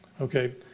Okay